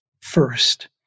first